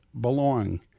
belong